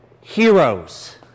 heroes